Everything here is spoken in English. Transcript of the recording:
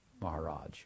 Maharaj